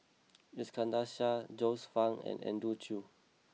Iskandar Shah Joyce Fan and Andrew Chew